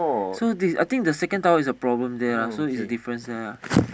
so this I think the second tower is got problem there a different set